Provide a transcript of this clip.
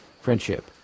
friendship